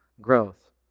growth